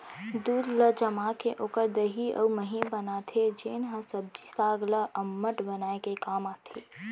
दूद ल जमाके ओकर दही अउ मही बनाथे जेन ह सब्जी साग ल अम्मठ बनाए के काम आथे